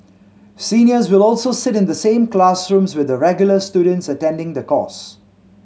seniors will also sit in the same classrooms with the regular students attending the course